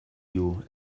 you